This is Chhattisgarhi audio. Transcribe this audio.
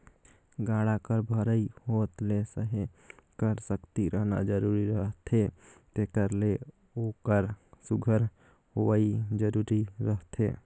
गाड़ा कर भरई होत ले सहे कर सकती रहना जरूरी रहथे तेकर ले ओकर सुग्घर होवई जरूरी रहथे